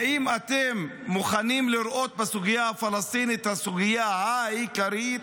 האם אתם מוכנים לראות בסוגיה הפלסטינית הסוגיה העיקרית?